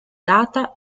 data